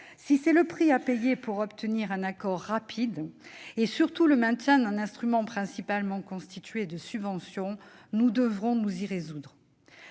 Si c'est le prix à payer pour obtenir un accord rapide et, surtout, le maintien d'un instrument reposant principalement sur des subventions, nous devrons nous y résoudre.